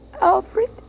Alfred